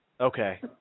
Okay